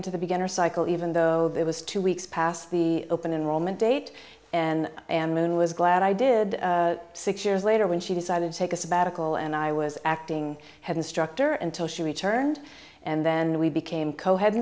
into the beginner cycle even though it was two weeks past the open enrollment date and am moon was glad i did six years later when she decided to take a sabbatical and i was acting head instructor and till she returned and then we became co head